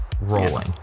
rolling